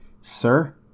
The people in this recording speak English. Sir